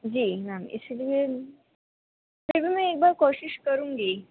جی ma'am اسی لیے پھر بھی میں ایک بار کوشش کروں گی